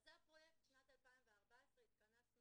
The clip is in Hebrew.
הילדים